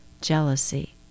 jealousy